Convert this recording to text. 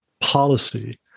policy